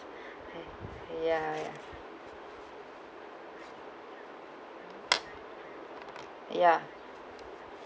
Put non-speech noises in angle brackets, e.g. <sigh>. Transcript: <breath> !hais! ya ya ya ya